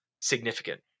significant